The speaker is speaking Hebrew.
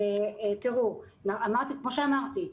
כמו שאמרתי,